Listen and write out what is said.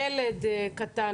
ילד קטן